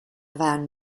van